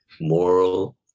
moral